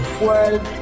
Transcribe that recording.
world